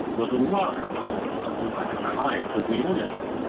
was alarmed all of a sudden by the cries of the enemy.